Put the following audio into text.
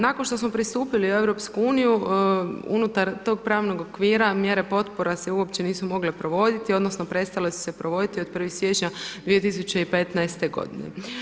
Nakon što smo pristupili u EU unutar tog pravnog okvira mjere potpora se uopće nisu mogle provoditi odnosno prestale su se provoditi od 1. siječnja 2015. godine.